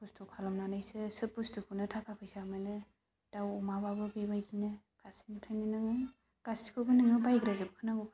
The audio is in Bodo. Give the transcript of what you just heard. खस्त' खालामनानैसो सोब बुस्तुखौनो थाखा फैसा मोनो दाउ अमाबाबो बेबायदिनो फारसेनिफ्रायनो नोङो गासैखौबो नोङो बायग्रोजोबखानांगौखा